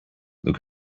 look